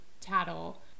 tattle